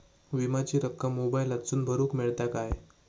विमाची रक्कम मोबाईलातसून भरुक मेळता काय?